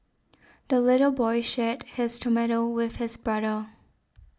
the little boy shared his tomato with his brother